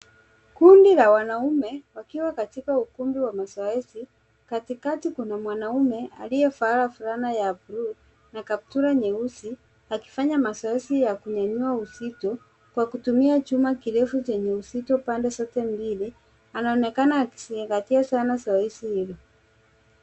Kundi la wanaume, wakiwa katika ukumbi wa mazoezi, katikati kuna mwanaume, aliyevaa fulana ya blue , na kaptura nyeusi, akifanya mazoezi ya kunyenyua uzito, kwa kutumia chuma kirefu chenye uzito pande zote mbili, anaonekana akizingatia sana zoezi hilo.